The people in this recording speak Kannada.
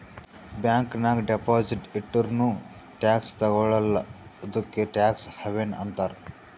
ಬ್ಯಾಂಕ್ ನಾಗ್ ಡೆಪೊಸಿಟ್ ಇಟ್ಟುರ್ನೂ ಟ್ಯಾಕ್ಸ್ ತಗೊಳಲ್ಲ ಇದ್ದುಕೆ ಟ್ಯಾಕ್ಸ್ ಹವೆನ್ ಅಂತಾರ್